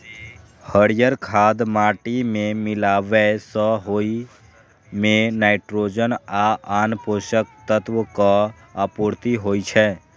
हरियर खाद माटि मे मिलाबै सं ओइ मे नाइट्रोजन आ आन पोषक तत्वक आपूर्ति होइ छै